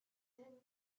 thin